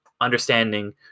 understanding